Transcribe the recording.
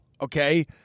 okay